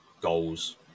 goals